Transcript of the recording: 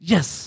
Yes